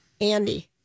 Andy